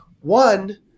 One